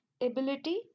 ability